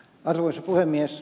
arvoisa puhemies